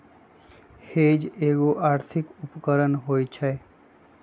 hedge एगो आर्थिक उपकरण होइ छइ